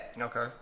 Okay